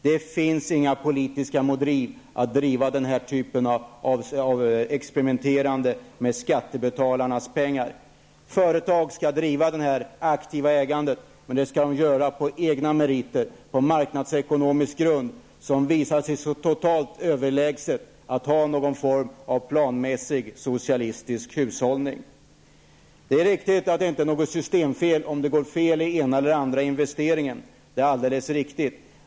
Det finns inga politiska motiv för att driva denna typ av experimenterande med skattebetalarnas pengar. Företag skall driva det aktiva ägandet, och de skall göra det på egna meriter och på marknadsekonomisk grund. Detta har visat sig totalt överlägset den planmässiga socialistiska hushållningen. Det är riktigt att det inte är något systemfel om det blir fel i den ena eller andra investeringen. Det är alldeles riktigt.